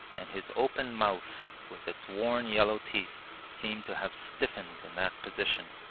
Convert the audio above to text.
and his open mouth, with its worn yellow teeth, seemed to have stiffened in that position.